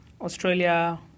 Australia